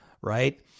right